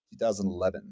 2011